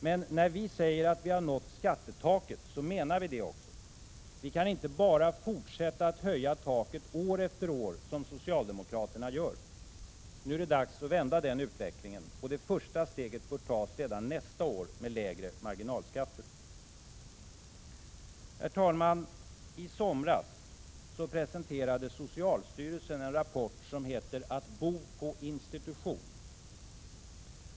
Men när vi säger att vi har nått skattetaket så menar vi det också. Vi kan inte bara fortsätta att höja taket år efter år som socialdemokraterna gör. Nu är det dags att vända den utvecklingen. Och det första steget bör tas redan nästa år med lägre marginalskatter. Herr talman! I somras presenterade socialstyrelsen en rapport som heter Att bo på institution.